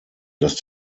dass